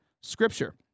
Scripture